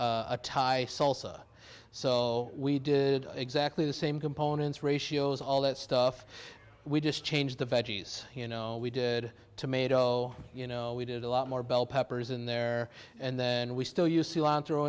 made a thai salsa so we did exactly the same components ratios all that stuff we just change the veggies you know we did tomato you know we did a lot more bell peppers in there and then we still use